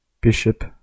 Bishop